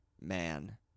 Man